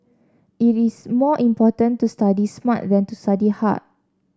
it is more important to study smart than to study hard